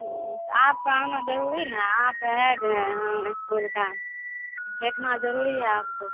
हाँ तो आपका आना जरूरी ना आप हेड हैं यहाँ इस्कूल का देखना जरूरी है आपको